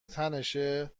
تنشه